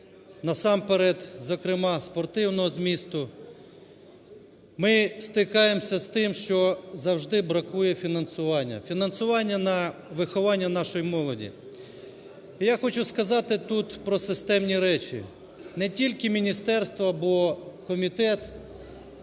насамперед, зокрема, спортивного змісту, ми стикаємося з тим, що завжди бракує фінансування, фінансування на виховання нашої молоді. І я хочу сказати тут про системні речі. Не тільки міністерств або комітет,